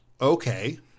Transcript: Okay